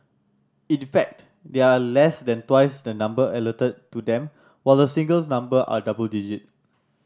in fact they are less than twice the number allotted to them while the singles number are double digit